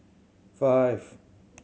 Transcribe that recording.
five